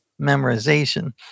memorization